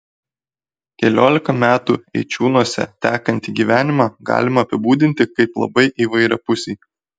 keliolika metų eičiūnuose tekantį gyvenimą galima apibūdinti kaip labai įvairiapusį